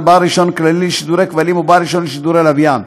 בעל רישיון כללי לשידורי כבלים או בעל רישיון לשידורי לוויין.